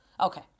Okay